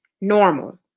normal